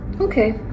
okay